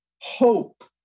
Hope